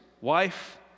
wife